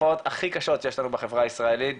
התופעות הכי קשות שיש לנו בחברה הישראלית,